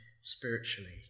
spiritually